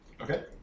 Okay